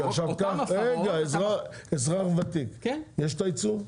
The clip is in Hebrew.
עכשיו קח אזרח ותיק, יש את העיצום?